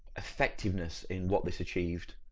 effectiveness in what this achieved?